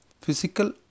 physical